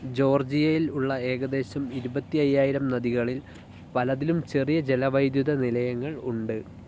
ജോർജിയയിൽ ഉള്ള ഏകദേശം ഇരുപത്തി അയ്യായിരം നദികളില് പലതിലും ചെറിയ ജല വൈദ്യുത നിലയങ്ങള് ഉണ്ട്